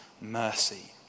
mercy